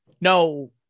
no